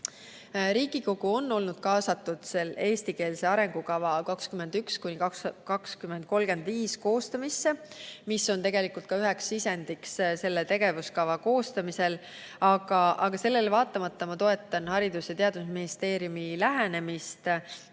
Riigikogu on olnud kaasatud eestikeelse arengukava 2021–2035 koostamisse, mis on tegelikult ka üks sisend selle tegevuskava koostamisel. Sellele vaatamata ma toetan Haridus- ja Teadusministeeriumi lähenemist, kes